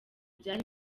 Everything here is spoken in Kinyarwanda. byari